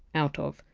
out of,